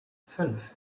fünf